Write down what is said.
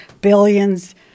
billions